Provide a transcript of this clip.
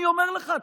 אני אומר לך,